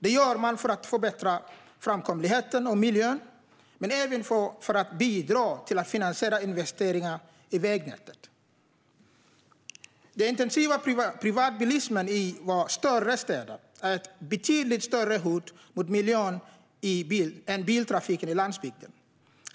Detta gör man för att förbättra framkomligheten och miljön men även för att bidra till att finansiera investeringar i vägnätet. Den intensiva privatbilismen i våra större städer är ett betydligt större hot mot miljön än biltrafiken på landsbygden.